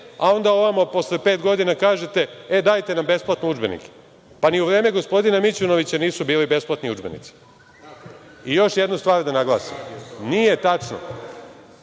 a onda ovamo posle pet godina kažete – e, dajte nam besplatno udžbenike. Ni u vreme gospodina Mićunovića nisu bili besplatni udžbenici. Još jednu stvar da naglasim. Nije tačno